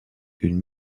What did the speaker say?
une